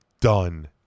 done